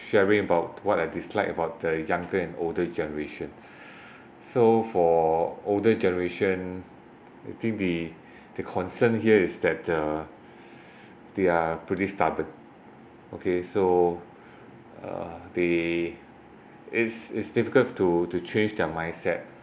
sharing about what I dislike about the younger and older generation so for older generation I think the concern here is that uh they're pretty stubborn okay so uh they it's it's difficult to to change their mindset